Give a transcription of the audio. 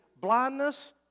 blindness